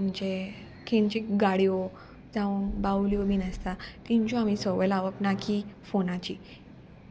म्हणजे खंयची गाडयो जावं बावल्यो बीन आसता तेंच्यो आमी सवय लावप ना की फोनाची